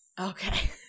Okay